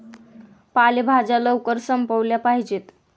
पालेभाज्या लवकर संपविल्या पाहिजेत